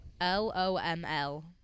L-O-M-L